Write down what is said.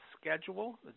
schedule